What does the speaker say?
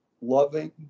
loving